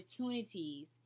opportunities